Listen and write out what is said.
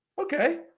okay